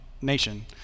nation